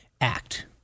act